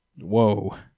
Whoa